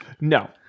no